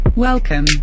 Welcome